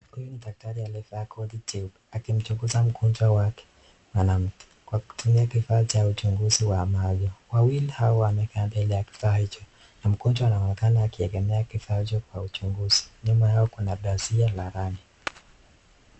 Huyu ni daktari aliyevaa koti jeupe akimchunguza mgonjwa wake mwanamke akitumia kifaa cha uchunguzi wa macho. Wawili hao wamekaa mbele ya kifaa hicho na mgonjwa anaonekana akiendelea na uchunguzi. Nyuma yao kuna pazia la rangi nyekundu.